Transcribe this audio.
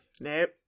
Nope